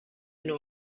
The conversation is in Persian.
نوع